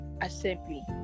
Assembly